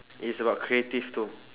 it's about creative too